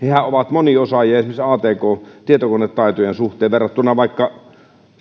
ovat moniosaajia esimerkiksi atk tietokonetaitojen suhteen verrattuna vaikka